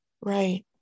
Right